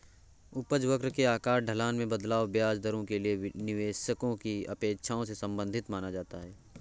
उपज वक्र के आकार, ढलान में बदलाव, ब्याज दरों के लिए निवेशकों की अपेक्षाओं से संबंधित माना जाता है